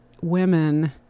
women